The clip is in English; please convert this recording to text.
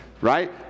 right